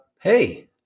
hey